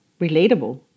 relatable